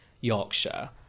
yorkshire